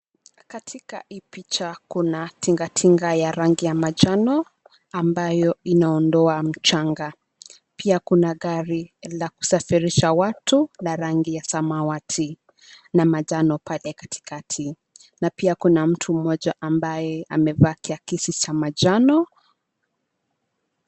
Katika hii picha kuna tingatinga ya rangi ya manjano ambayo inaondoa mchanga. Pia kuna gari la kusafirisha watu na rangi ya samawati na manjano pale katikati na pia kuna mtu mmoja ambaye amevaa kiakiso cha manjano.